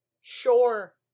Sure